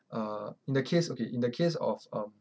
uh in the case okay in the case of um